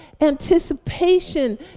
anticipation